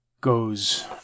goes